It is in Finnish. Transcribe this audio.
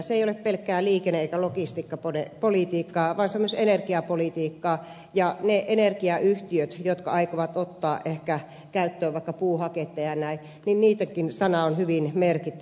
se ei ole pelkkää liikenne eikä logistiikkapolitiikkaa vaan se on myös energiapolitiikkaa ja niittenkin energiayhtiöitten jotka aikovat ottaa ehkä käyttöön vaikka puuhaketta ja näin sana on hyvin merkittävä